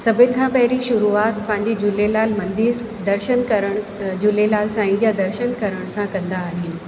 सभिनि खां पहिरीं शुरूआति पंहिंजी झूलेलाल मंदरु दर्शन करणु झूलेलाल साईं जा दर्शन करण सां कंदा आहिनि